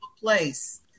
place